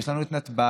יש לנו את נתב"ג,